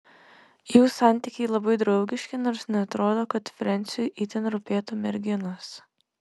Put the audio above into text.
jų santykiai labai draugiški nors neatrodo kad frensiui itin rūpėtų merginos